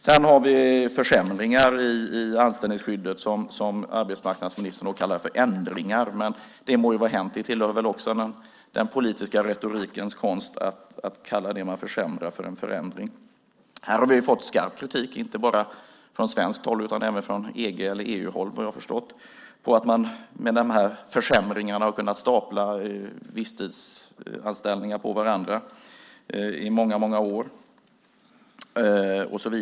Vi har också försämringar i anställningsskyddet som arbetsmarknadsministern väljer att kalla förändringar. Men det må vara hänt; det tillhör väl också den politiska retorikens konst att kalla det man försämrar för en förändring. Här har vi ju fått skarp kritik, inte bara från svenskt håll utan även från EU-håll vad jag har förstått, för att man med de här försämringarna har kunnat stapla visstidsanställningar på varandra i många år.